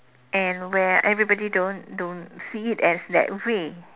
and where everybody don't don't see it as that way